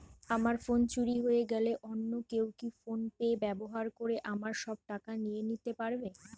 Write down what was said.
আমার ফোন চুরি হয়ে গেলে অন্য কেউ কি ফোন পে ব্যবহার করে আমার সব টাকা নিয়ে নিতে পারবে?